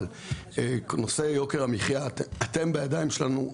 נושא יוקר המחיה אתם בידיים שלנו,